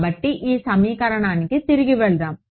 కాబట్టి ఈ సమీకరణానికి తిరిగి వెళ్దాం